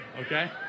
Okay